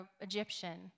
Egyptian